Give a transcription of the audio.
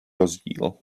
rozdíl